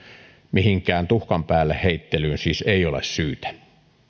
mihinkään tuhkan päälle heittelyyn siis ei ole syytä